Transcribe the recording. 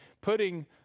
putting